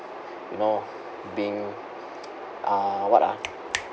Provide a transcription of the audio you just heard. you know being ah what ah